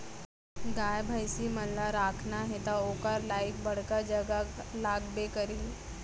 गाय भईंसी मन ल राखना हे त ओकर लाइक बड़का जघा लागबे करही